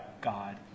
God